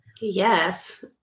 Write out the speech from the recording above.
Yes